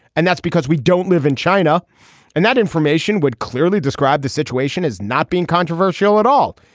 and that's because we don't live in china and that information would clearly describe the situation is not being controversial at all.